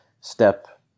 step